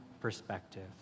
perspective